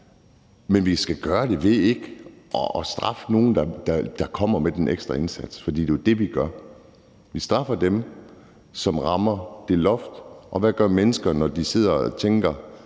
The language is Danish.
men vi skal gøre det ved ikke at straffe nogen, der kommer med den ekstra indsats, for det jo det, vi gør. Vi straffer dem, som rammer det loft, og hvad gør mennesker, når de sidder og tænker: